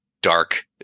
dark